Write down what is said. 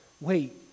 wait